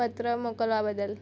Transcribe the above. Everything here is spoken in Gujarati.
પત્ર મોકલવા બદલ